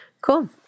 Cool